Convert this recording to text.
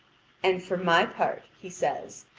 and for my part, he says.